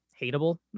hateable